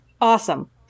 Awesome